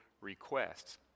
requests